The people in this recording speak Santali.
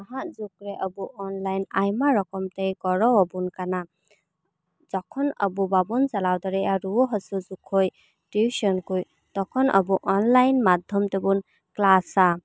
ᱱᱟᱦᱟᱜ ᱡᱩᱜᱽ ᱨᱮ ᱟᱵᱚ ᱚᱱᱞᱟᱭᱤᱱ ᱟᱭᱢᱟ ᱨᱚᱠᱚᱢ ᱛᱮᱭ ᱜᱚᱲᱚ ᱟᱵᱚᱱ ᱠᱟᱱᱟ ᱡᱚᱠᱷᱚᱱ ᱟᱵᱚ ᱵᱟᱵᱚᱱ ᱪᱟᱞᱟᱣ ᱫᱟᱲᱮᱭᱟᱜᱼᱟ ᱨᱩᱭᱟᱹ ᱦᱟᱹᱥᱩ ᱡᱚᱠᱷᱟᱹᱡ ᱴᱤᱭᱩᱥᱮᱱ ᱠᱩᱡ ᱛᱚᱠᱷᱚᱱ ᱟᱵᱚ ᱚᱱᱞᱟᱭᱤᱱ ᱢᱟᱫᱷᱚᱢ ᱛᱮᱵᱚᱱ ᱠᱮᱞᱟᱥᱟ